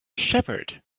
shepherd